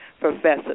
Professor